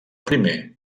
primer